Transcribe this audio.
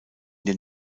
den